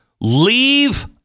Leave